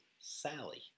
Sally